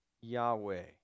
Yahweh